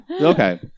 Okay